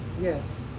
yes